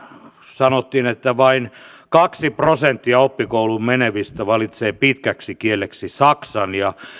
sanottiin että vain kaksi prosenttia oppikouluun menevistä valitsee pitkäksi kieleksi saksan